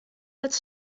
als